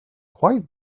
quite